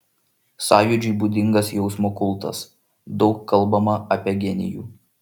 sąjūdžiui būdingas jausmo kultas daug kalbama apie genijų